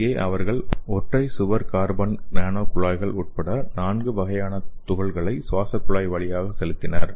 இங்கே அவர்கள் ஒற்றை சுவர் கார்பன் நானோ குழாய்கள் உட்பட நான்கு வகையான துகள்களை சுவாசகுழாய் வழியாக செலுத்தினர்